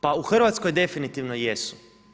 Pa u Hrvatskoj definitivno jesu.